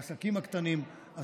העסקים הקטנים,